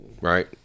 Right